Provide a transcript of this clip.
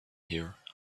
here